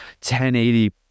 1080